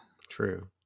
True